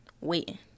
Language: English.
waiting